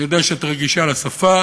אני יודע שאת רגישה לשפה: